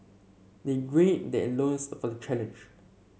they gird their loins for challenge